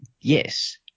yes